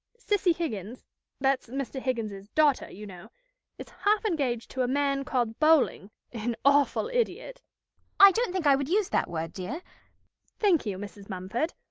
cissy higgins that's mr. higgins's daughter, you know is half engaged to a man called bowling an awful idiot i don't think i would use that word, dear thank you, mrs. mumford.